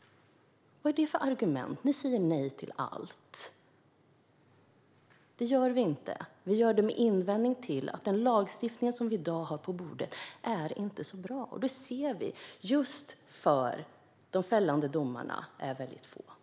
Vad är det för argument? "Ni säger nej till allt." Det gör vi inte. Vi gör det med invändningen att den lagstiftning som vi i dag har på bordet inte är så bra, och det ser vi just för att de fällande domarna är väldigt få.